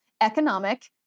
economic